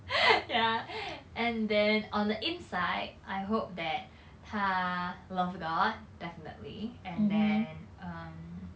ya and then on the inside I hope that 他 love god definitely and then um